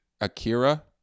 Akira